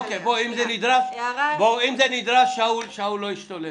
אם זה נדרש, שאול לא ישתולל.